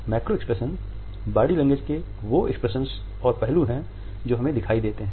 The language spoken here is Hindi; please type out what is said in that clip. मैक्रो एक्सप्रेशन बॉडी लैंग्वेज के वो एक्सप्रेशन और पहलू हैं जो हमें दिखाई देते हैं